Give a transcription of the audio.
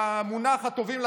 והמונח "הטובים לטיס",